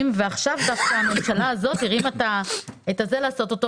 דווקא הממשלה הזאת הרימה את הכפפה לעשות אותו.